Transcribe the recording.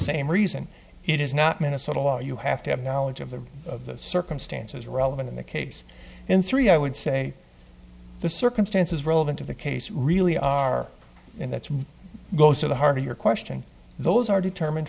same reason it is not minnesota law you have to have knowledge of the circumstances relevant in the case in three i would say the circumstances rolled into the case really are and that's what goes to the heart of your question those are determined